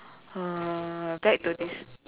mm back to this